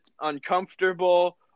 uncomfortable